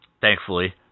thankfully